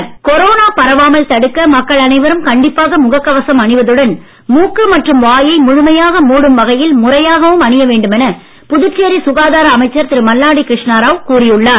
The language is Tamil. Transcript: மல்லாடி கொரோனா பரவாமல் தடுக்க மக்கள் அனைவரும் கண்டிப்பாக முகக் கவசம் அணிவதுடன் மூக்கு மற்றும் வாயை முழுமையாக மூடும் வகையில் முறையாகவும் அணிய வேண்டும் என புதுச்சேரி சுகாதார அமைச்சர் திரு மல்லாடி கிருஷ்ணராவ் கூறி உள்ளார்